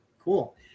Cool